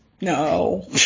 No